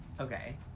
Okay